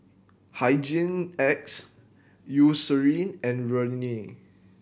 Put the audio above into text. Hygin X Eucerin and Rene